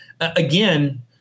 again